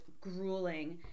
grueling